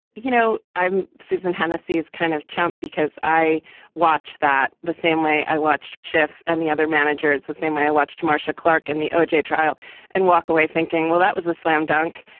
you know, i'm susan hennessey is kind of chump because i watched that the same way i watched schiff and the other managers, the same way i watched marcia clark in the o j. trial and walk away thinking, well, that was a slam dunk.